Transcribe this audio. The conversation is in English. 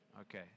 Okay